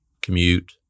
commute